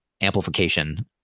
amplification